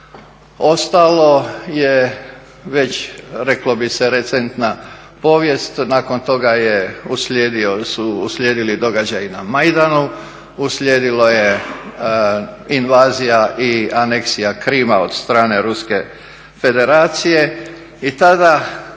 Ostalo je već reklo bi se recentna povijest. Nakon toga je uslijedi, su uslijedili događaji na Majdanu, uslijedilo je invazija i aneksija Krima od strane ruske federacije i tada